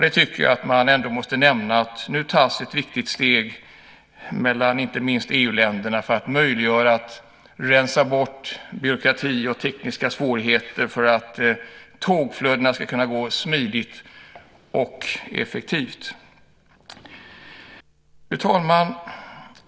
Det måste ändå nämnas att det tas ett viktigt steg mellan inte minst EU-länderna för att göra det möjligt att rensa bort byråkrati och tekniska svårigheter så att tågflödena ska gå smidigt och effektivt. Fru talman!